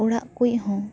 ᱚᱲᱟᱜ ᱠᱩᱡ ᱦᱚᱸ